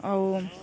ଆଉ